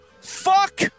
fuck